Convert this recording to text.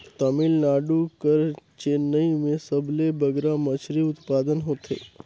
तमिलनाडु कर चेन्नई में सबले बगरा मछरी उत्पादन होथे